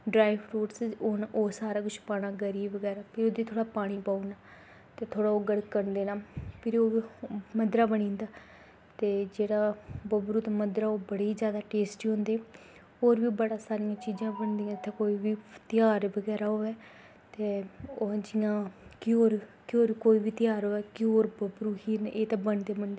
dry fruits होन ओह् सारा किश पाना ओह् गरी बगैरा ते ओह्दे च थोह्ड़ा जेहा पानी पाई ओड़ना ते थोह्ड़ा ओह् गड़कन देना फिरी ओह् मद्दरा बनी जंदा ते जेह्ड़ा बब्बरू ते मद्दरा ओह् बड़ी गै जैदा टेस्टी होंदे होर बी बड़ा सारियां चीजां होंदियां इत्थै कोई बी तेहार बगैरा होऐ ते ओह् जियां घ्यूर घ्यूर कोई बी ध्यार होऐ घ्यूर बब्बरू खीर न एह् ते बनदे गै बनदे